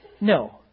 no